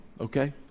okay